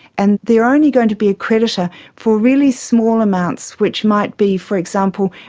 and they are only going to be a creditor for really small amounts which might be, for example,